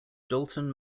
dalton